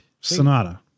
Sonata